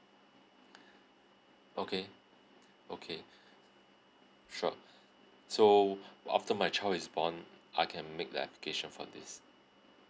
okay okay sure so after my child is born I can make the application for this